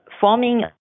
forming